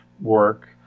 work